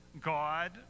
God